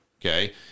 Okay